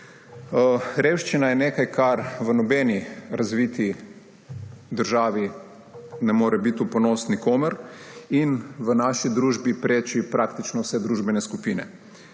Revščina je nekaj, kar v nobeni razviti državi ne more biti v ponos nikomur in v naši družbi preči praktično vse družbene skupine.